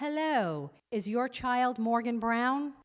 hello is your child morgan brown